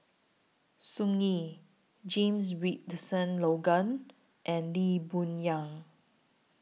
Tsung Yeh James Richardson Logan and Lee Boon Yang